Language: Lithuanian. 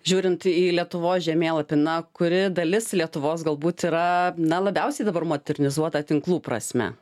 žiūrint į lietuvos žemėlapį na kuri dalis lietuvos galbūt yra na labiausiai dabar modernizuota tinklų prasme